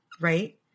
right